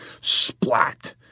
Splat